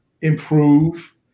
improve